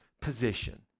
position